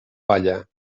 palla